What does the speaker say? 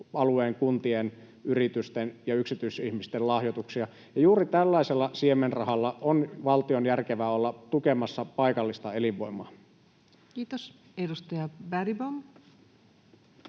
kuntien, yritysten ja yksityisten ihmisten lahjoituksia. Juuri tällaisella siemenrahalla on valtion järkevää olla tukemassa paikallista elinvoimaa. Kiitos. — Edustaja Bergbom.